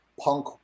punk